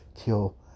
kill